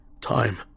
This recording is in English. time